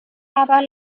aber